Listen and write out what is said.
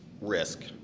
risk